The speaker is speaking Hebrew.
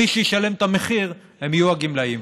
מי שישלם את המחיר יהיו הגמלאים.